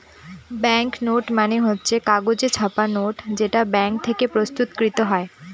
bank note মানে হচ্ছে কাগজে ছাপা নোট যেটা ব্যাঙ্ক থেকে প্রস্তুত কৃত হয়